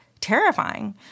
terrifying